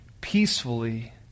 Peacefully